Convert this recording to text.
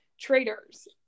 Traders